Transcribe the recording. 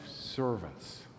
servants